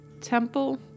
temple